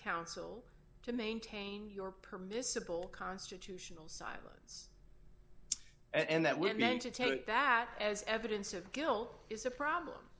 counsel to maintain your permissible constitutional silence and that we're going to take that as evidence of guilt is a problem